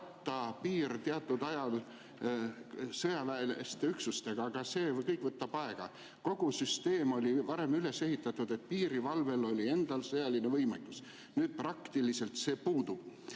piir teatud ajal sõjaväeliste üksustega, aga see kõik võtab aega. Kogu süsteem oli varem üles ehitatud nii, et piirivalvel oli endal sõjaline võimekus. Nüüd see praktiliselt puudub.